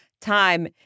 time